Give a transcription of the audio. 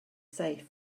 safe